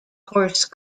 horse